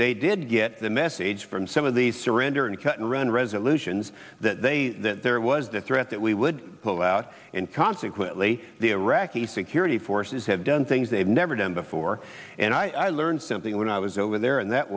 they did get the message from some of these surrender and cut and run resolutions that they that there was the threat that we would pull out and consequently the iraqi security forces have done things they've never done before or and i learned something when i was over there and that